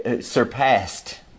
surpassed